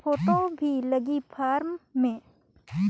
Photo भी लगी form मे?